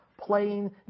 playing